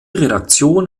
redaktion